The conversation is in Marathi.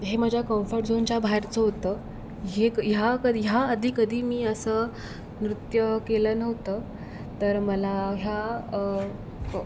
हे माझ्या कम्फर्ट झोनच्या बाहेरचं होतं हे क ह्या कधी ह्या आधी कधी मी असं नृत्य केलं नव्हतं तर मला ह्या प